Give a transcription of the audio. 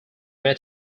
may